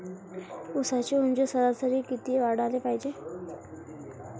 ऊसाची ऊंची सरासरी किती वाढाले पायजे?